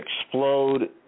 explode